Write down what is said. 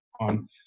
on